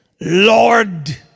lord